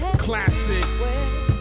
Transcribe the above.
classic